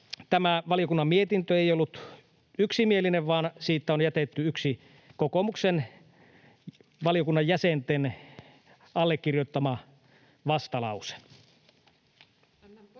Tämä valiokunnan mietintö ei ollut yksimielinen, vaan siihen on jätetty yksi, kokoomuksen valiokunnan jäsenten allekirjoittama vastalause.